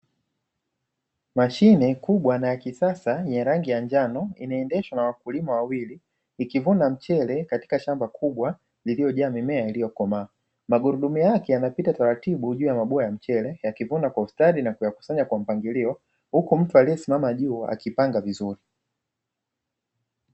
Mashine kubwa na ya kisasa ya rangi ya njano inaendeshwa na wakulima wawili, ikivuna mchele katika shamba kubwa lililojaa mimea iliyokomaa; magurudumu yake yanapita taratibu juu ya mabwawa ya mchele, yakivuna kwa ustadi na kuyakusanya kwa mpangilio; huku mtu aliyesimama juu akipanga vizuri.